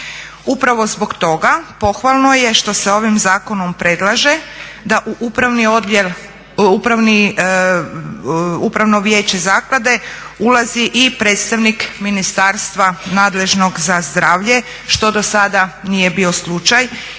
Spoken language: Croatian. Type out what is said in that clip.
Upravo zbog toga pohvalno je što se ovim zakonom predlaže da u upravno vijeće zaklada ulazi i predstavnik ministarstva nadležnog za zdravlje što do sada nije bio slučaj